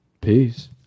Peace